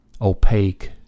opaque